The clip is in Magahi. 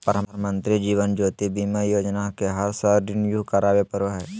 प्रधानमंत्री जीवन ज्योति बीमा योजना के हर साल रिन्यू करावे पड़ो हइ